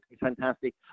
fantastic